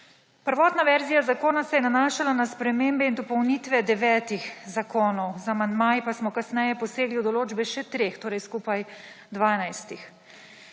Prvotna verzija zakona se je nanašala na spremembe in dopolnitve devetih zakonov, z amandmaji pa smo kasneje posegli v določbe še treh, torej skupaj dvanajstih.